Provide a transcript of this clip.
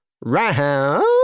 round